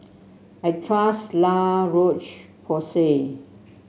I trust La Roche Porsay